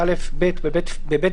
למשל.